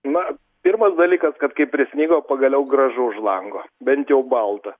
na pirmas dalykas kad kai prisnigo pagaliau gražu už lango bent jau balta